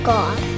God